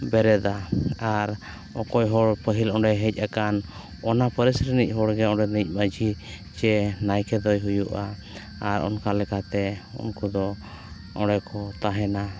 ᱵᱮᱨᱮᱫᱟ ᱟᱨ ᱚᱠᱚᱭ ᱦᱚᱲ ᱯᱟᱹᱦᱤᱞ ᱚᱸᱰᱮᱭ ᱦᱮᱡ ᱟᱠᱟᱱ ᱚᱱᱟ ᱯᱟᱹᱨᱤᱥ ᱨᱮᱱᱤᱡ ᱦᱚᱲᱜᱮ ᱚᱸᱰᱮᱱᱤᱡ ᱢᱟᱺᱡᱷᱤ ᱪᱮ ᱱᱟᱭᱠᱮ ᱫᱚᱭ ᱦᱩᱭᱩᱜᱼᱟ ᱟᱨ ᱚᱱᱠᱟ ᱞᱮᱠᱟᱛᱮ ᱩᱱᱠᱩ ᱫᱚ ᱚᱸᱰᱮ ᱠᱚ ᱛᱟᱦᱮᱱᱟ